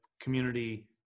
community